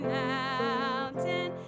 mountain